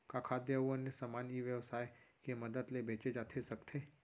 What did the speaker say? का खाद्य अऊ अन्य समान ई व्यवसाय के मदद ले बेचे जाथे सकथे?